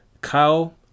Kyle